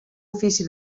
ofici